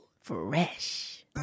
Fresh